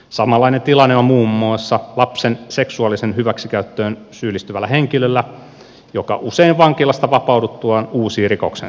samanlainen tilanne on muun muassa lapsen seksuaaliseen hyväksikäyttöön syyllistyvällä henkilöllä joka usein vankilasta vapauduttuaan uusii rikoksensa